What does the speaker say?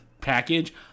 package